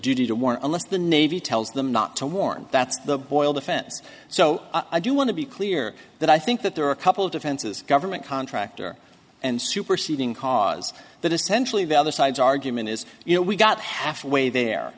duty to war unless the navy tells them not to warn that's the oil defense so i do want to be clear that i think that there are a couple of defenses government contractor and superseding cause that essentially the other side's argument is you know we got halfway there